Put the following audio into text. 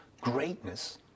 greatness